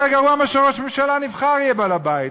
זה יותר גרוע מאשר שראש הממשלה הנבחר יהיה בעל הבית,